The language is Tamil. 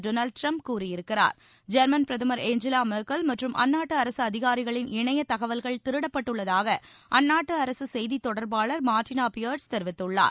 டொனால்டு ட்ரம்ப் கூறியிருக்கிறார் ஜெர்மன் பிரதமர் ஏஞ்சலா மெர்கெல் மற்றும் அந்நாட்டு அரசு அதிகாரிகளின் இணைய தகவல்கள் திருடப்பட்டுள்ளதாக அந்நாட்டு அரசு செய்தி தொடர்பாளர் மார்ட்டினா ஃபியட்ஸ் தெரிவித்துள்ளார்